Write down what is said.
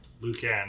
Lucan